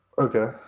Okay